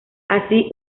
así